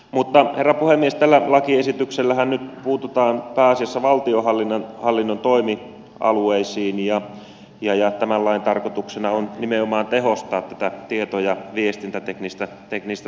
mutta herra puhemies tällä lakiesityksellähän nyt puututaan pääasiassa valtionhallinnon toimialueisiin ja tämän lain tarkoituksena on nimenomaan tehostaa tätä tieto ja viestintäteknistä toimintapuolta tässä maassa